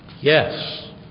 Yes